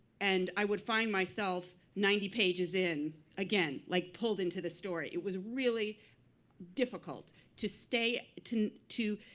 and i would find myself ninety pages in again, like pulled into the story. it was really difficult to stay, to to